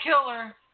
killer